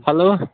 hello